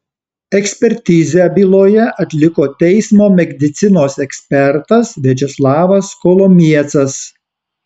ekspertizę byloje atliko teismo medicinos ekspertas viačeslavas kolomiecas